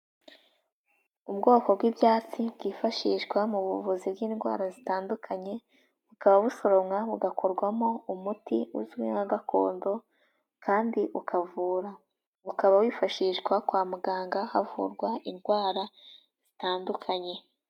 Ubwoko bw'ibyatsi bwifashishwa mu buvuzi bw'indwara zitandukanye, bukaba busoromwa, bugakorwamo umuti uzwi nka gakondo kandi ukavura, ukaba wifashishwa kwa muganga havurwa indwara zitandukanye.